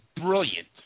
brilliant